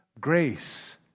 grace